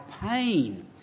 pain